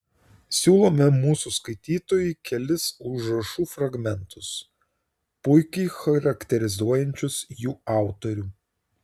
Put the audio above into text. siūlome mūsų skaitytojui kelis užrašų fragmentus puikiai charakterizuojančius jų autorių